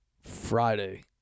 Friday